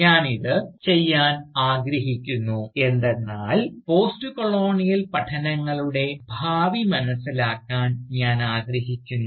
ഞാൻ ഇത് ചെയ്യുവാൻ ആഗ്രഹിക്കുന്നു എന്തെന്നാൽ പോസ്റ്റ്കൊളോണിയൽ പഠനങ്ങളുടെ ഭാവി മനസ്സിലാക്കാൻ ഞാൻ ആഗ്രഹിക്കുന്നു